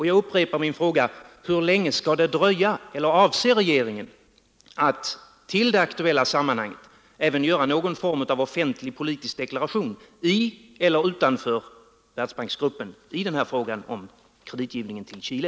Jag upprepar min fråga: Avser regeringen att i det aktuella sammanhanget göra någon form av offentlig politisk deklaration i eller utanför Världsbanksgruppen i den här frågan om kreditgivningen till Chile?